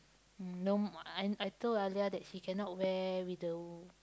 mm no I I told Alia that she cannot wear with the